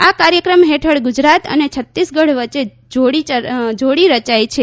આ કાર્યક્રમ હેઠળ ગુજરાત અને છત્તીસગઢ વચ્ચે જોડી રયાઇ છે